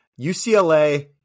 UCLA